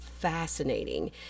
fascinating